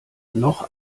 noch